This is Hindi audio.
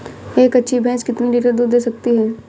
एक अच्छी भैंस कितनी लीटर दूध दे सकती है?